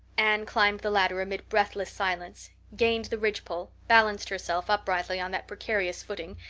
anne climbed the ladder amid breathless silence, gained the ridgepole, balanced herself uprightly on that precarious footing,